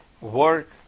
work